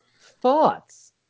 Thoughts